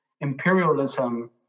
imperialism